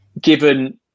given